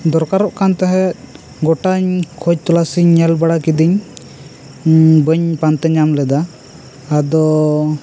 ᱫᱚᱨᱠᱟᱨᱚᱜ ᱠᱟᱱ ᱛᱟᱦᱮᱸᱜ ᱜᱚᱴᱟᱹᱧ ᱠᱷᱚᱡᱽ ᱛᱚᱞᱟᱥ ᱤᱧ ᱧᱮᱞ ᱵᱟᱲᱟ ᱠᱤᱫᱤᱧ ᱵᱟᱹᱧ ᱯᱟᱱᱛᱮ ᱧᱟᱢ ᱞᱮᱫᱟ ᱟᱫᱚ